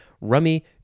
rummy